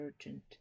urgent